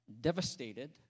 devastated